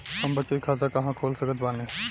हम बचत खाता कहां खोल सकत बानी?